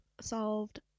solved